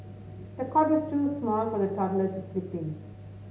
the cot was too small for the toddler to sleep in